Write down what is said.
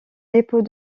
dépôts